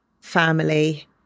family